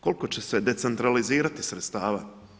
Koliko će se decentralizirati sredstva?